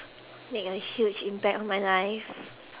made a huge impact on my life